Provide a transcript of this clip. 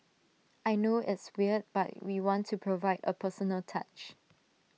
I know it's weird but we want to provide A personal touch